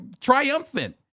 triumphant